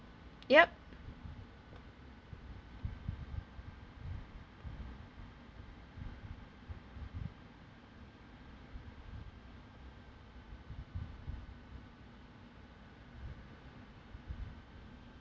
yup